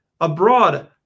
abroad